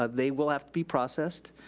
ah they will have to be processed.